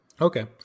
Okay